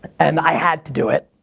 and i had to do it,